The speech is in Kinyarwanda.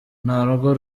narwo